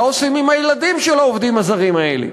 מה עושים עם הילדים של העובדים הזרים האלה.